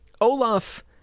Olaf